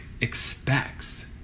expects